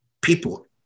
people